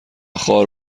خوار